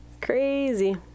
Crazy